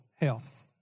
health